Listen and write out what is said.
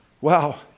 wow